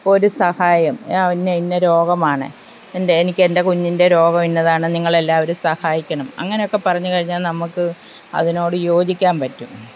ഒരു സഹായം ഇന്ന ഇന്ന രോഗമാണ് എനിക്ക് എന്റെ കുഞ്ഞിന്റെ രോഗം ഇന്നതാണ് നിങ്ങൾ എല്ലാവരും സഹായിക്കണം അങ്ങനെയൊക്കെ പറഞ്ഞു കഴിഞ്ഞാൽ നമുക്ക് അതിനോട് യോജിക്കാൻ പറ്റും